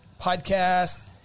podcast